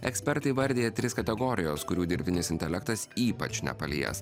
ekspertai įvardija tris kategorijos kurių dirbtinis intelektas ypač nepalies